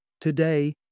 Today